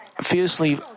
fiercely